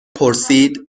پرسید